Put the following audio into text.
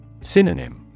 Synonym